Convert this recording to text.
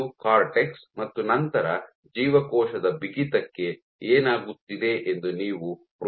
ಇದು ಕಾರ್ಟೆಕ್ಸ್ ಮತ್ತು ನಂತರ ಜೀವಕೋಶದ ಬಿಗಿತಕ್ಕೆ ಏನಾಗುತ್ತಿದೆ ಎಂದು ನೀವು ಪ್ರೋಬ್ ಮಾಡಬಹುದು